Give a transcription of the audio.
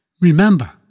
Remember